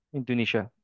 Indonesia